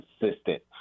consistent